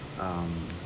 um